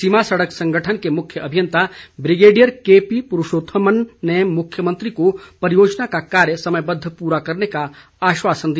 सीमा सड़क संगठन के मुख्य अभियंता ब्रिगेडियर केपी पुरूषोथमन ने मुख्यमंत्री को परियोजना का कार्य समयबद्ध प्ररा करने का आश्वासन दिया